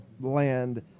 land